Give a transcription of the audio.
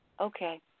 okay